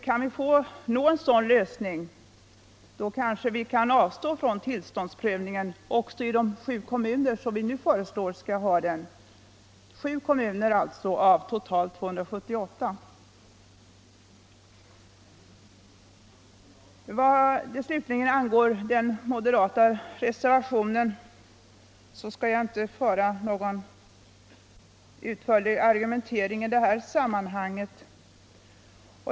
Kan vi nå en sådan lösning, kanske vi kan avstå från tillståndsprövningen också i 7 av de totalt 278 kommuner där vi nu föreslår en sådan prövning. Vad slutligen angår de moderata reservationerna skall jag avstå från en utförlig argumentering i detta sammanhang.